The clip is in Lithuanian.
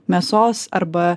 mėsos arba